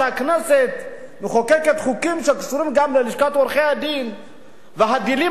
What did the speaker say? הכנסת מחוקקת חוקים שקשורים גם ללשכת עורכי-הדין והדילים